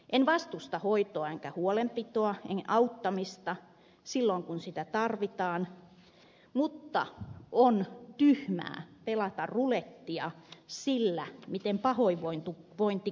en vastusta hoitoa enkä huolenpitoa en auttamista silloin kun sitä tarvitaan mutta on tyhmää pelata rulettia sillä miten pahoinvointi kumuloituu